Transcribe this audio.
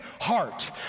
heart